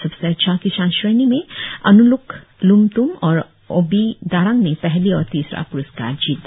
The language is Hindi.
सबसे अच्छा किसान क्षेणी में अकूलूक लूमतुम और ओबी दारांग ने पहली और तीसरा प्रस्कार जीता